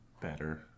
better